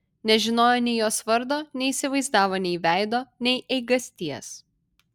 nežinojo nei jos vardo neįsivaizdavo nei veido nei eigasties